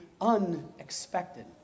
unexpected